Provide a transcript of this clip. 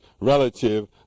relative